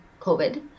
COVID